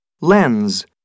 Lens